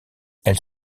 elle